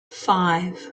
five